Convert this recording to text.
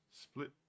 Split